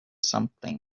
something